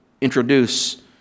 introduce